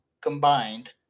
combined